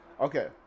Okay